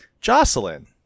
Jocelyn